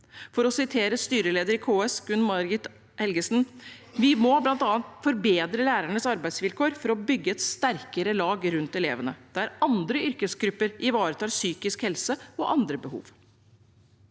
For å sitere styreleder i KS, Gunn Marit Helgesen: «Vi må blant annet forbedre lærernes arbeidsvilkår ved å bygge et sterkere lag rundt elevene, der andre yrkesgrupper ivaretar psykisk helsehjelp og andre behov.»